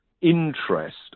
interest